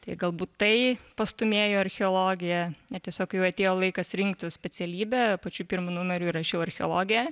tai galbūt tai pastūmėjo į archeologiją tiesiog kai atėjo laikas rinktis specialybę pačiu pirmu numeriu įrašiau archeologiją